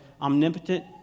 omnipotent